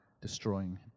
destroying